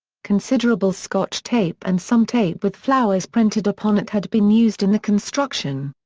considerable scotch tape and some tape with flowers printed upon it had been used in the construction.